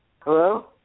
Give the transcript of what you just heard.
Hello